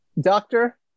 doctor